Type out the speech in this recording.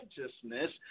righteousness